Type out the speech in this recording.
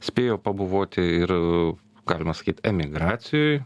spėjo pabuvoti ir galima sakyt emigracijoj